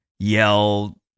yell